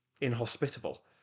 inhospitable